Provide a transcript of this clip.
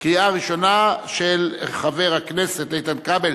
של חבר הכנסת איתן כבל